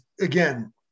again